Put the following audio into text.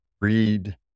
read